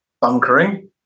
bunkering